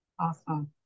Awesome